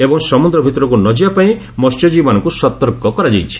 ଏବଂ ସମୁଦ୍ର ଭିତରକୁ ନଯିବା ପାଇଁ ମସ୍ୟଜୀବୀମାନଙ୍କୁ ସତର୍କ କରାଯାଇଛି